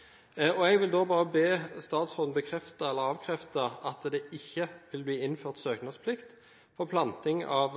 tillatelse. Jeg vil da bare be statsråden bekrefte eller avkrefte at det ikke vil bli innført søknadsplikt for planting av